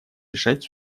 решать